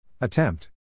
Attempt